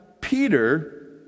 Peter